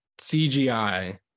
CGI